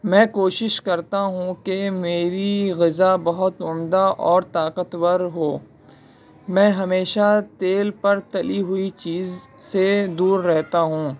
میں کوشش کرتا ہوں کہ میری غذا بہت عمدہ اور طاقتور ہو میں ہمیشہ تیل پر تلی ہوئی چیز سے دور رہتا ہوں